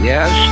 Yes